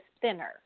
thinner